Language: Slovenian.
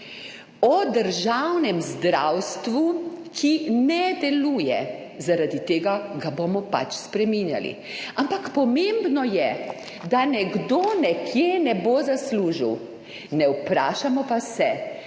o državnem zdravstvu, ki ne deluje, zaradi tega ga bomo pač spreminjali. Ampak pomembno je, da nekdo nekje ne bo zaslužil, ne vprašamo pa se